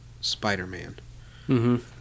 Spider-Man